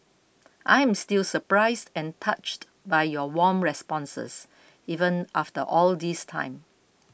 I'm still surprised and touched by your warm responses even after all this time